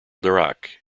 dirac